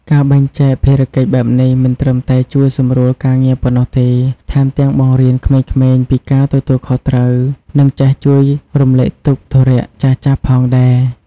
ការបែងចែកភារកិច្ចបែបនេះមិនត្រឹមតែជួយសម្រួលការងារប៉ុណ្ណោះទេ ថែមទាំងបង្រៀនក្មេងៗពីការទទួលខុសត្រូវ និងចេះជួយរំលែកទុកធុរះចាស់ៗផងដែរ ។